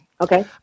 okay